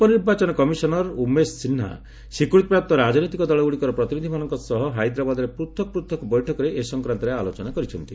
ଉପନିର୍ବାଚନ କମିଶନର୍ ଉମେଶ ସିହ୍ନା ସ୍ୱୀକୃତି ପ୍ରାପ୍ତ ରାଜନୈତିକ ଦଳଗୁଡ଼ିକର ପ୍ରତିନିଧିମାନଙ୍କ ସହ ହାଇଦ୍ରାବାଦ୍ରେ ପୃଥକ ପୃଥକ ବୈଠକରେ ଏ ସଂକ୍ରାନ୍ତରେ ଆଲୋଚନା କରିଛନ୍ତି